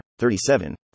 37